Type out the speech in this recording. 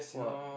!wah!